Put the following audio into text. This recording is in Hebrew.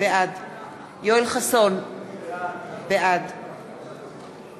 בעד יואל חסון, בעד